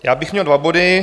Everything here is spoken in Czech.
Já bych měl dva body.